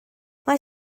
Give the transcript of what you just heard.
mae